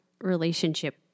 relationship